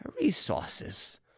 resources